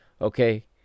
okay